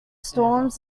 storms